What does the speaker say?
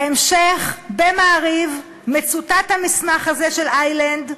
בהמשך, ב"מעריב", מצוטט המסמך הזה של איילנד,